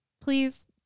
Please